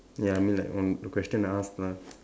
ya I mean like one the question I ask lah